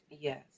yes